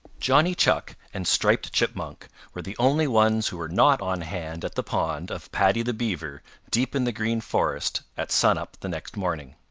johnny chuck and striped chipmunk were the only ones who were not on hand at the pond of paddy the beaver deep in the green forest at sun-up the next morning.